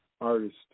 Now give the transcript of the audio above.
Artist